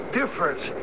difference